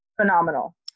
phenomenal